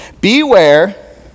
beware